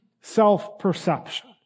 self-perception